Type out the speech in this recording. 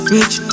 Rich